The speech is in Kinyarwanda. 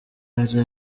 hari